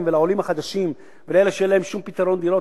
ולעולים החדשים ולאלה שאין להם שום פתרון לדירה,